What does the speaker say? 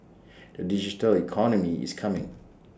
the digital economy is coming